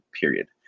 period